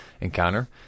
encounter